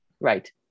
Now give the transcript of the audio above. right